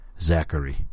Zachary